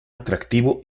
atractivo